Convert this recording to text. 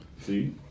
See